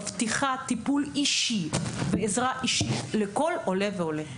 מבטיחה טיפול אישי לכל עולה ועולה.